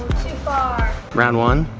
far round one,